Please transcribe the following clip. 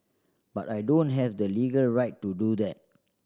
but I don't have the legal right to do that